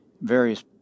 various